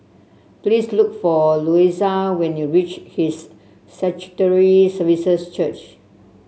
please look for Louisa when you reach His Sanctuary Services Church